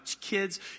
kids